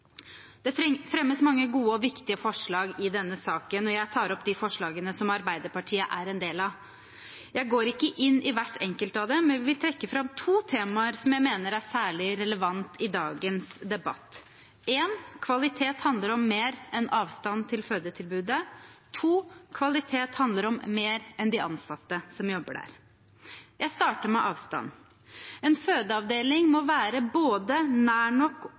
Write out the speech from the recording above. Det fremmes mange gode og viktige forslag i denne saken, og jeg anbefaler de forslagene Arbeiderpartiet er en del av. Jeg går ikke inn i hvert enkelt av dem, men vil trekke fram to temaer jeg mener er særlig relevant i dagens debatt. Punkt én: Kvalitet handler om mer enn avstand til fødetilbudet. Punkt to: Kvalitet handler om mer enn de ansatte som jobber der. Jeg starter med avstand. En fødeavdeling må være både nær nok og god nok. Det handler om at vi må få tak i nok